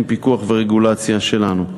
עם פיקוח ורגולציה שלנו.